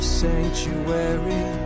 sanctuary